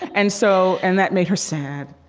and so, and that made her sad